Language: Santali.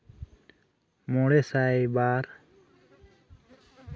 ᱢᱚᱬᱮ ᱥᱟᱭ ᱵᱟᱨ